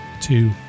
two